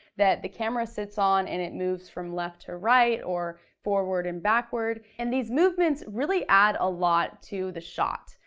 that the camera sits on and it moves from left to right, or forward and backward, and these movements really add a lot to the shot.